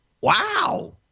Wow